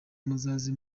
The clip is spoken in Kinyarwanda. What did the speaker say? muzaze